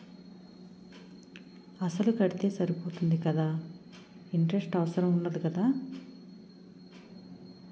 అసలు కడితే సరిపోతుంది కదా ఇంటరెస్ట్ అవసరం ఉండదు కదా?